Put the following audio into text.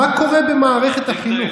מה קורה במערכת החינוך?